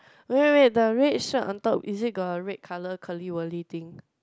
wait wait wait the red shirt on top is it got a red colour curly wurly thing